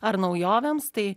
ar naujovėms tai